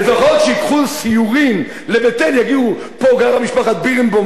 לפחות כשייקחו סיורים לבית-אל יגידו: פה גרה משפחת בירנבוים,